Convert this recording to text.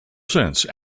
since